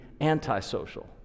antisocial